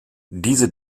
diese